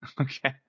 okay